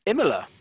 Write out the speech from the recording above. Imola